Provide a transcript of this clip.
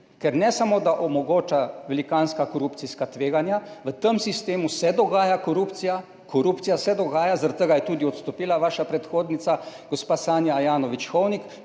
ker ne samo, da omogoča velikanska korupcijska tveganja, v tem sistemu se dogaja korupcija, zaradi tega je tudi odstopila vaša predhodnica, gospa Sanja Ajanović Hovnik,